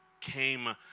came